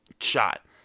shot